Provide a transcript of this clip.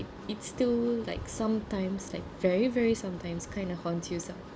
it's still like sometimes like very very sometimes kind of haunts you out